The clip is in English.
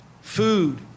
food